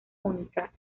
cónica